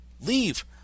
leave